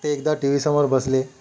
ते एकदा टी वीसमोर बसले